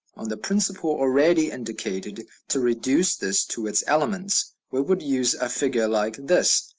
on the principle already indicated, to reduce this to its elements, we would use a figure like this,